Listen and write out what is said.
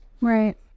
Right